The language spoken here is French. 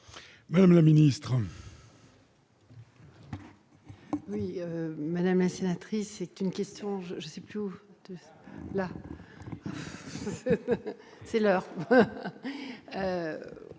Mme la ministre.